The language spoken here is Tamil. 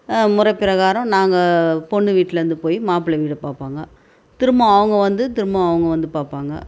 முறை பிரகாரம் நாங்கள் பொண்ணு வீட்டுலேருந்து போய் மாப்பிள்ளை வீட்ட பார்ப்பாங்க திரும்பவும் அவங்க வந்து திரும்பவும் அவங்க வந்து பார்ப்பாங்க